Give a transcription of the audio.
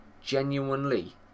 genuinely